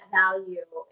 value